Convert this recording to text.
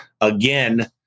again